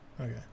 Okay